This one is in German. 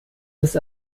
des